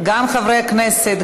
זה גם חברי הכנסת.